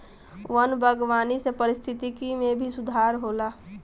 वन बागवानी से पारिस्थिकी में भी सुधार होला